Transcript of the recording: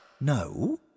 No